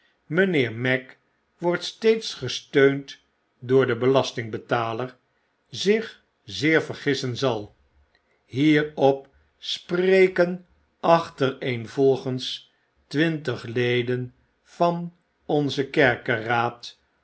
mijnheer magg wordt steeds gesteund door den belasting betaalder zich zeer vergissen zal hierop spreken achtereenvolgens twintig leden van onzen kerkeraad